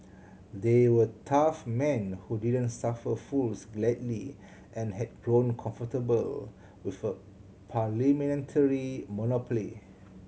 they were tough men who didn't suffer fools gladly and had grown comfortable with a parliamentary monopoly